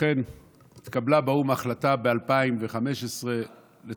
אכן התקבלה באו"ם החלטה ב-2015 לציין